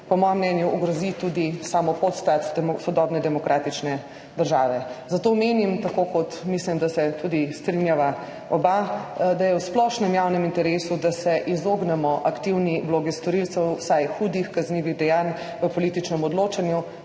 po mojem mnenju, ogrozi tudi samo podstat sodobne demokratične države. Zato menim, tako, kot mislim, da se tudi strinjava oba, da je v splošnem javnem interesu, da se izognemo aktivni vlogi storilcev vsaj hudih kaznivih dejanj v političnem odločanju,